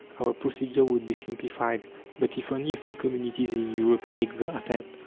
our procedure would be simplified but if only a few communities in europe make the attempt,